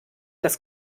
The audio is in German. das